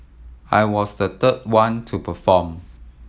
I was the third one to perform